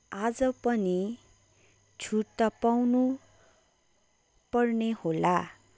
आज पनि छुट त पाउनु पर्ने होला